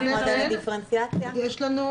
יש לנו